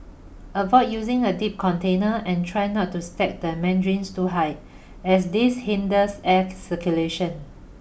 avoid using a deep container and try not to stack the mandarins too high as this hinders air circulation